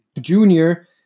junior